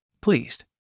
pleased